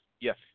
yes